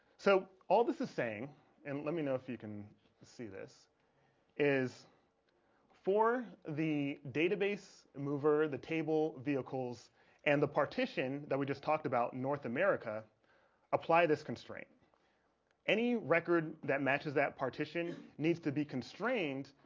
so all this is saying and let me know if you can see this is for the database mover the table vehicles and the partition that we just talked about north america apply this constraint any record that matches that partition needs to be constrained?